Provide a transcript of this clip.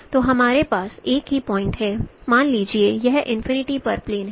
तो हमारे पास एक ही पॉइंट् है मान लीजिए यह इनफिनिटी पर प्लेन है